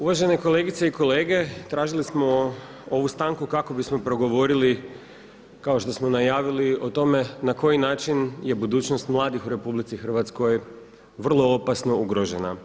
Uvažene kolegice i kolege, tražili smo ovu stanku kako bismo progovorili kao što smo najavili o tome na koji način je budućnost mladih u RH vrlo opasno ugrožena.